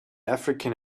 african